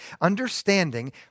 Understanding